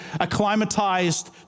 acclimatized